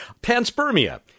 Panspermia